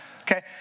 Okay